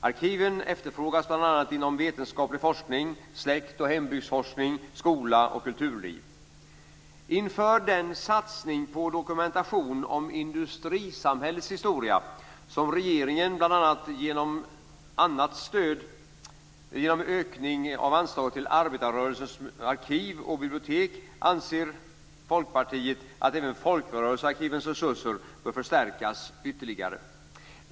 Arkiven efterfrågas bl.a. inom vetenskaplig forskning, släkt och hembygdsforskning, skola och kulturliv. Inför den satsning på dokumentation om industrisamhällets historia, som regeringen bl.a. stöder genom ökning av anslaget till Arbetarrörelsens Arkiv och Bibliotek, anser Folkpartiet att även folkrörelsearkivens resurser bör förstärkas ytterligare.